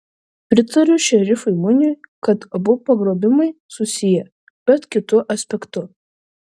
pritariu šerifui muniui kad abu pagrobimai susiję bet kitu aspektu